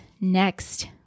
next